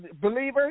believers